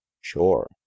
Sure